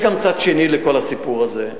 יש גם צד שני לכל הסיפור הזה.